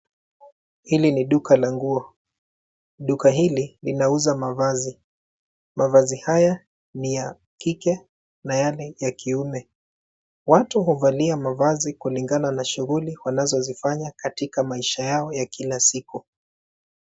Hili ni duka la nguo. Duka hili linauza mavazi, mavazi haya ni ya kike na yale ya kiume. Watu huvalia mavazi kulingana na shuguli wanazozifanya katika maisha yao ya kila siku.